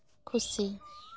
ᱠᱷᱩᱥᱤ